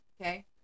Okay